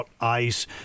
ICE